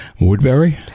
Woodbury